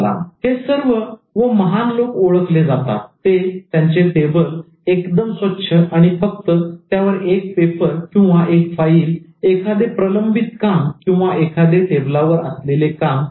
तर हे सर्व व महान लोक ओळखले जातात ते त्यांचे टेबल एकदम स्वच्छ आणि फक्त त्यावर एक पेपर एक फाईल एखादे प्रलंबित काम किंवा एखादे टेबलावर असलेले काम यासाठी